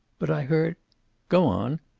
but i heard go on!